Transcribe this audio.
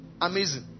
Amazing